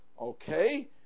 Okay